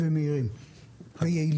מהירים ויעילים.